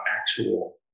actual